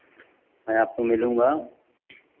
मैं आपको मिलूँगा